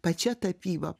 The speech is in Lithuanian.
pačia tapyba